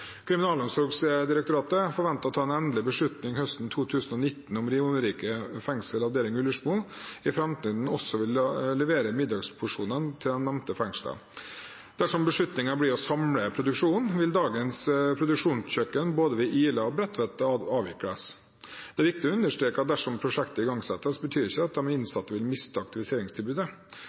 Kriminalomsorgsdirektoratet forventer å ta en endelig beslutning høsten 2019 om Romerike fengsel avdeling Ullersmo også i framtiden vil levere middagsporsjonene til de nevnte fengslene. Dersom beslutningen blir å samle produksjonen, vil dagens produksjonskjøkken ved både Ila og Bredtveit avvikles. Det er viktig å understreke at dersom prosjektet igangsettes, betyr det ikke at de innsatte vil miste aktiviseringstilbudet.